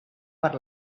per